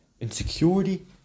Insecurity